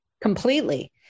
completely